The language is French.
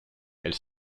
elle